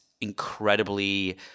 incredibly